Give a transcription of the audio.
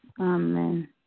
Amen